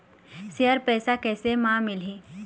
Share पैसा कैसे म मिलही?